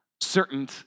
certain